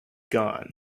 gone